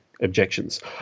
objections